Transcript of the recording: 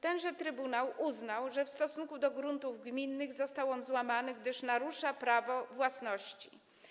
Tenże trybunał uznał, że w stosunku do gruntów gminnych został on złamany, gdyż narusza to prawo własności.